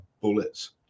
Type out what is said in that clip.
Bullets